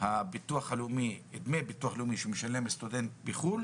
דמי הביטוח הלאומי שמשלם סטודנט בחו"ל